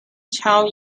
child